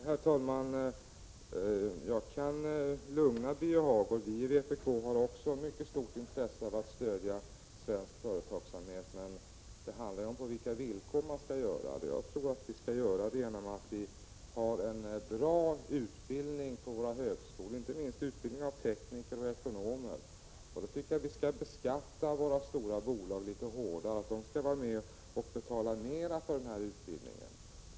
Herr talman! Jag kan lugna Birger Hagård med att säga att även vi i vpk har ett mycket stort intresse av att stödja svensk företagsamhet, men det handlar om på vilka villkor det skall ske. Jag tror att det skall ske genom en bra utbildning på våra högskolor, inte minst av tekniker och ekonomer. Våra stora bolag bör beskattas litet hårdare, och de skall vara med och betala för denna utbildning.